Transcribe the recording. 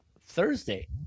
Thursday